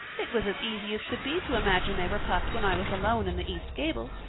it was as easy as could be to imagine they were puffed when i was alone in the east gable,